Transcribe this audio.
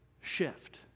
shift